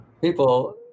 people